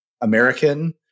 American